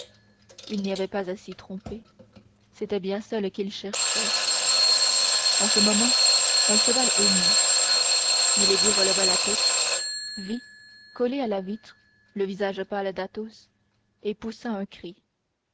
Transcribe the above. il n'y avait pas à s'y tromper c'était bien celle qu'il cherchait en ce moment un cheval hennit milady releva la tête vit collé à la vitre le visage pâle d'athos et poussa un cri